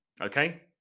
Okay